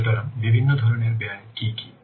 সুতরাং বিভিন্ন ধরণের ব্যয় কী কী